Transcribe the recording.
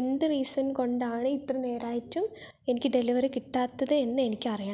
എന്ത് റീസൺ കൊണ്ടാണ് ഇത്ര നേരമായിട്ടും എനിക്ക് ഡെലിവറി കിട്ടാത്തത് എന്ന് എനിക്കറിയണം